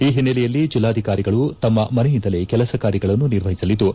ಈ ಹಿನ್ನೆಲೆಯಲ್ಲಿ ಜಿಲ್ಲಾಧಿಕಾರಿಗಳು ತಮ್ಮ ಮನೆಯಿಂದಲೇ ಕೆಲಸ ಕಾರ್ಯಗಳನ್ನು ನಿರ್ವಹಿಸಲಿದ್ದು